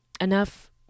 Enough